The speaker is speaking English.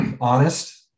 honest